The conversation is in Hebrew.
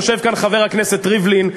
יושב כאן חבר הכנסת ריבלין,